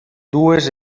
dues